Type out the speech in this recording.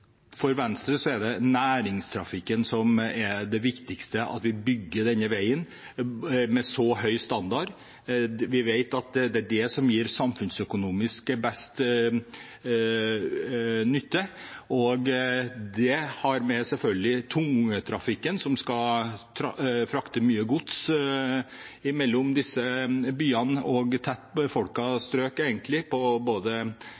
med så høy standard. Vi vet at det er det som gir samfunnsøkonomisk best nytte. Det har selvfølgelig med tungtrafikken å gjøre, som skal frakte mye gods imellom disse byene og tett befolkede strøk både